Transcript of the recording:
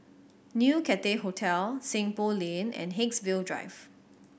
New Cathay Hotel Seng Poh Lane and Haigsville Drive